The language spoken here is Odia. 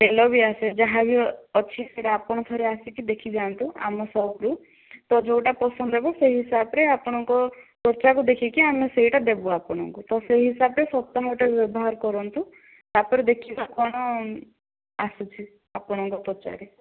ତେଲ ବି ଆସେ ଯାହା ବି ଅଛି ସେଟା ଆପଣ ଥରେ ଆସିକି ଦେଖିଯାନ୍ତୁ ଆମ ସପ ରୁ ତ ଯେଉଁଟା ପସନ୍ଦ ହେବ ତ ସେଇ ହିସାବରେ ଆପଣଙ୍କ ତ୍ୱଚାକୁ ଦେଖିକି ଆମେ ସେଇଟା ଦେବୁ ଆପଣଙ୍କୁ ତ ସେହି ହିସାବରେ ପ୍ରଥମେ ଏଇଟା ବ୍ୟବହାର କରନ୍ତୁ ତାପରେ ଦେଖିବା କଣ ଆସୁଛି ଆପଣଙ୍କ ତ୍ୱଚାରେ